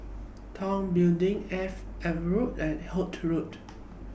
Tong Building AVA Road and Holt Road